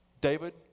David